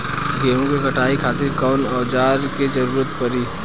गेहूं के कटाई खातिर कौन औजार के जरूरत परी?